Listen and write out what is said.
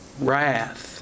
wrath